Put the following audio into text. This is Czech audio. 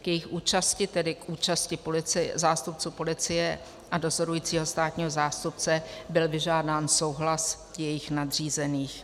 K jejich účasti, tedy k účasti zástupců policie a dozorujícího státního zástupce, byl vyžádán souhlas jejich nadřízených.